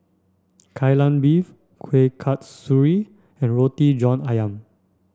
Kai Lan Beef Kueh Kasturi and Roti John Ayam